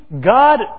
God